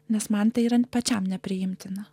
nes man tai yra pačiam nepriimtina